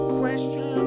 question